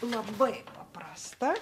labai paprasta